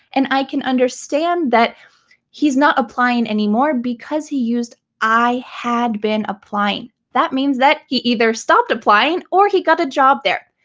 and i can understand that he's not applying anymore because he used i had been applying. that means that he either stopped applying or he got a job there.